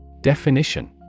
Definition